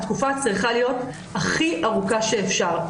התקופה צריכה להיות הכי ארוכה שאפשר.